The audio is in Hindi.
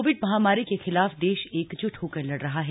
कोविड महामारी के खिलाफ देश एकजुट होकर लड़ रहा है